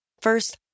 First